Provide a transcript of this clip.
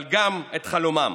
אבל גם את חלומם,